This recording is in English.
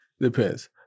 Depends